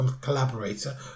collaborator